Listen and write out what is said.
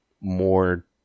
more –